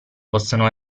possono